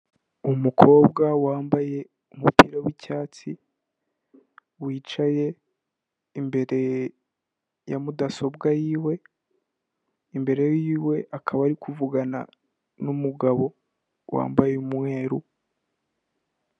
Umukobwa wambaye umupira w'icyatsi wicaye imbere ya mudasobwa yiwe, imbere yiwe akaba ari kuvugana n'umugabo wambaye umweru.